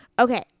Okay